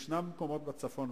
יש מקומות בצפון,